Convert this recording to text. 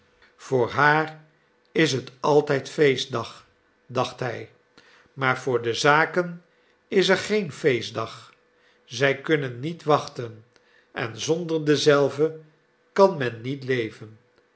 voor haar is het altijd feestdag dacht hij maar voor de zaken is er geen feestdag zij kunnen niet wachten en zonder dezelve kan men niet leven